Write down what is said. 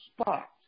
spot